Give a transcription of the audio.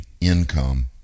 income